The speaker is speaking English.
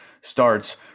starts